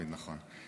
זה תמיד נכון.